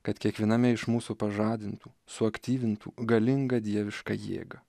kad kiekviename iš mūsų pažadintų suaktyvintų galingą dievišką jėgą